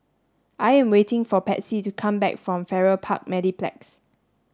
I am waiting for Patsy to come back from Farrer Park Mediplex